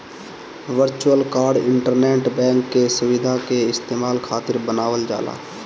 virtual card internet bank के सुविधा के इस्तेमाल खातिर बनावल जाला